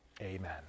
Amen